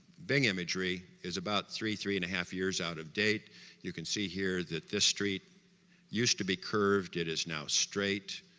bing imagery is about three, three and half years out of date you can see here, that this street used to be curved, it is now straight